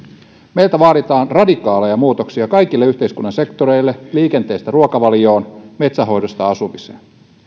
meiltä vaaditaan radikaaleja muutoksia kaikille yhteiskunnan sektoreille liikenteestä ruokavalioon metsänhoidosta asumiseen